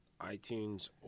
iTunes